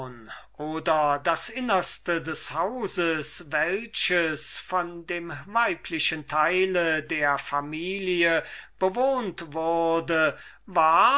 in das innerste des hauses welches von dem weiblichen teil der familie bewohnt wurde